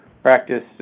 practice